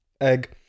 egg